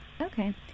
Okay